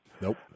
Nope